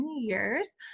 years